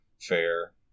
fair